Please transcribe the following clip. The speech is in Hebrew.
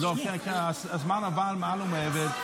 הזמן עבר מעל ומעבר.